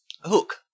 Hook